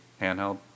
handheld